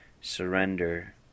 surrender